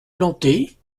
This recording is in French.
plantées